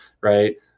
right